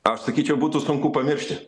aš sakyčiau būtų sunku pamiršti